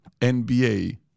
NBA